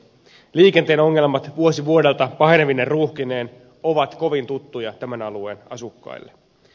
liikenteen ongelmat vuosi vuodelta pahenevine ruuhkineen ovat kovin tuttuja tämän alueen asukkaille